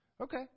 Okay